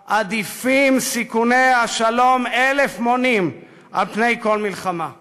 בנט: 13 איילת נחמיאס ורבין (המחנה הציוני):